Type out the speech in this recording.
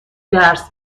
درس